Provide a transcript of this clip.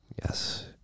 Yes